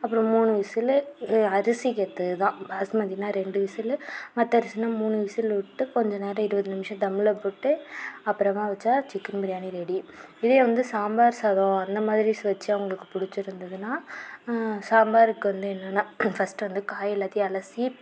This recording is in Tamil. அப்பறம் மூணு விசிலு அரிசிகேற்றதுதான் பாஸ்மதினால் ரெண்டு விசிலு மற்ற அரிசினால் மூணு விசில் விட்டு கொஞ்சம் நேரம் இருபது நிமிடம் தம்மில் போட்டு அப்புறமாக வச்சால் சிக்கன் பிரியாணி ரெடி இதே வந்து சாம்பார் சாதம் அந்த மாதிரி வச்சு அவங்களுக்கு பிடித்திருந்துதுனா சாம்பாருக்கு வந்து என்னன்னா ஃபஸ்ட்டு வந்து காய் எல்லாத்தையும் அலசி